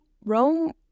rome